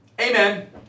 Amen